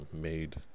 made